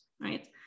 right